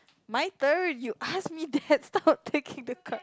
my turn you ask me that stop taking the card